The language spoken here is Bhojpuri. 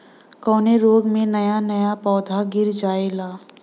कवने रोग में नया नया पौधा गिर जयेला?